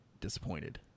disappointed